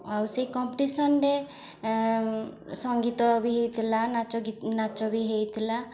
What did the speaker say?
ଆଉ ସେହି କମ୍ପିଟିସନ୍ରେ ସଙ୍ଗୀତ ବି ହୋଇଥିଲା ନାଚ ନାଚ ବି ହୋଇଥିଲା